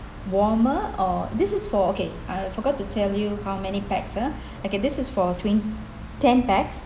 warmer or this is for okay I forgot to tell you how many pax ah okay this is for twen~ ten pax